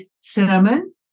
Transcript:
cinnamon